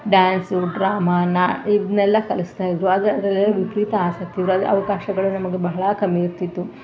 dance drama ನಾ ಇದನ್ನೆಲ್ಲ ಕಲಿಸ್ತಾಯಿದ್ದರು ಆದರೆ ಅದರಲ್ಲೆಲ್ಲ ವಿಪರೀತ ಆಸಕ್ತಿ ಆದರಲ್ಲಿ ಅವಕಾಶಗಳು ನಮಗೆ ಬಹಳಾ ಕಮ್ಮಿಯಿರ್ತಿತ್ತು